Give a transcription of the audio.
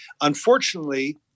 unfortunately